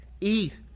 eat